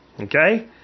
Okay